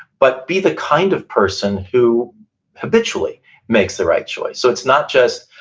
but be the kind of person who habitually makes the right choice. so it's not just,